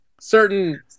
certain